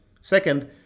Second